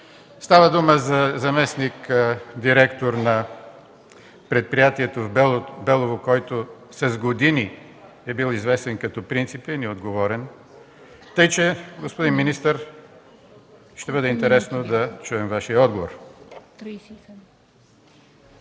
Става дума за заместник-директор на предприятието в Белово, който с години е бил известен като принципен и отговорен. Така че, господин министър, ще бъде интересно да чуем Вашия отговор.